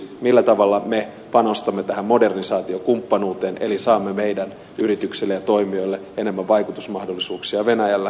ensiksi millä tavalla me panostamme tähän modernisaatiokumppanuuteen eli saamme meidän yrityksillemme ja toimijoillemme enemmän vaikutusmahdollisuuksia venäjällä